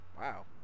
Wow